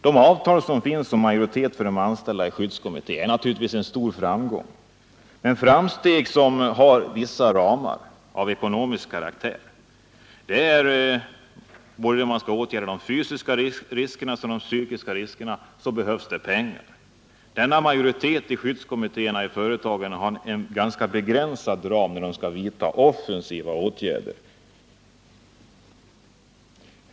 De avtal som finns om majoritet för de anställda i skyddskommittéer är naturligtvis en stor framgång, men det är framsteg som har vissa ramar av ekonomisk karaktär. För att åtgärda både de fysiska riskerna och de psykiska riskerna behövs det pengar. Denna majoritet i skyddskommittéerna i företagen har en ganska begränsad ram när de skall vidta offensiva åtgärder.